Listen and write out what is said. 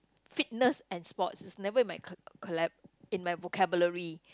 fitness and sports it's never in my ca~ calob~ in my vocabulary